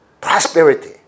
prosperity